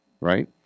right